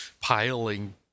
piling